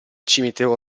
cimitero